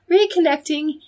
reconnecting